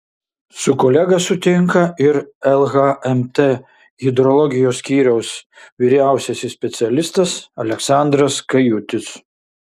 su kolega sutinka ir lhmt hidrologijos skyriaus vyriausiasis specialistas aleksandras kajutis